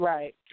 Right